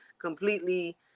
completely